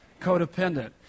codependent